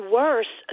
worse